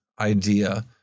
idea